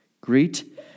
Greet